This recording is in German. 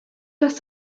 dass